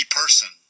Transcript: person